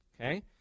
okay